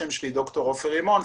שמי ד"ר עופר רימון,